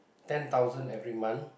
ten thousand every month